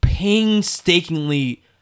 painstakingly